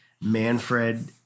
Manfred